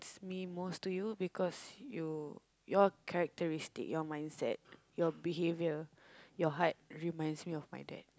it's me most to you because you your characteristic your mindset your behaviour your heart reminds me of my dad